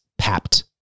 papped